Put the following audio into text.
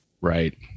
Right